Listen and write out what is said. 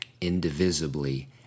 indivisibly